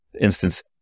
instance